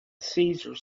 cesar